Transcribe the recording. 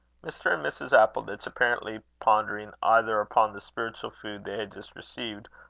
mr. and mrs. appleditch apparently pondering either upon the spiritual food they had just received,